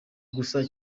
gusa